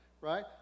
Right